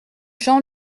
jean